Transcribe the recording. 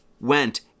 went